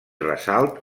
ressalt